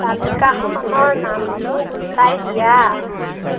তালিকাখনৰ নামটো গুচাই দিয়া